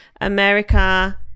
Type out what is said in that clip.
America